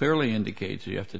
clearly indicates you have to